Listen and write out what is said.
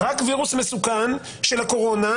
רק וירוס מסוכן של הקורונה,